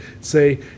say